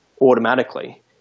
automatically